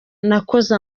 nakoze